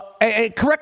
Correct